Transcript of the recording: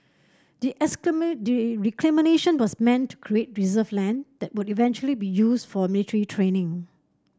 the the reclamation was meant to create reserve land that would eventually be used for military training